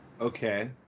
Okay